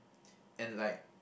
and like